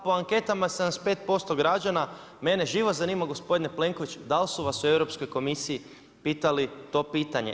Po anketama 75% građana, mene živo zanima gospodine Plenković, da li su vas u Europskoj komisiji pitali to pitanje?